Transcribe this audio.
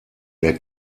der